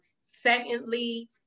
Secondly